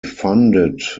funded